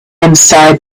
inside